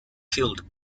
killed